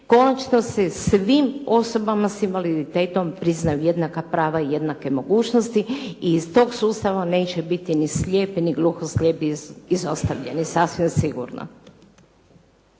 Konačno se svim osobama s invaliditetom priznaju jednaka prava i jednake mogućnosti i iz tog sustava neće biti ni slijepi ni gluhoslijepi izostavljeni, sasvim sigurno.